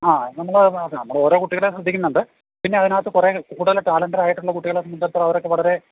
ആ നമ്മൾ നമ്മൾ ഓരോ കുട്ടികളെയും ശ്രദ്ധിക്കുന്നുണ്ട് പിന്നെ അതിനകത്ത് കുറെ കൂടുതൽ ടാലൻ്റഡ് ആയിട്ടുള്ള കുട്ടികളെ സംബന്ധിച്ചിടത്തോളം അവരൊക്കെ വളരെ